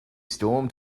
storm